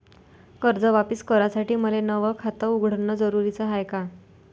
कर्ज वापिस करासाठी मले नव खात उघडन जरुरी हाय का?